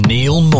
Neil